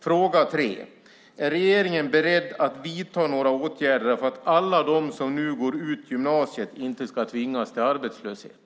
Fråga 3 är: Är regeringen beredd att vidta några åtgärder för att alla de som nu går ut gymnasiet inte ska tvingas till arbetslöshet?